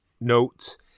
notes